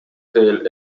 teil